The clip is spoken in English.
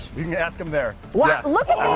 you can ask him there. yeah look at